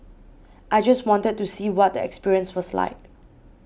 I just wanted to see what the experience was like